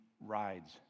rides